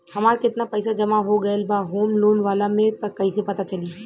हमार केतना पईसा जमा हो गएल बा होम लोन वाला मे कइसे पता चली?